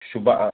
सुबह आठ